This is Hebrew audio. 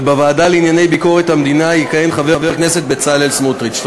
ובוועדה לענייני ביקורת המדינה יכהן חבר הכנסת בצלאל סמוטריץ.